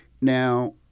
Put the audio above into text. Now